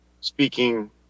speaking